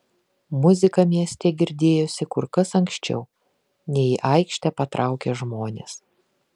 muzika mieste girdėjosi kur kas anksčiau nei į aikštę patraukė žmonės